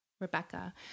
Rebecca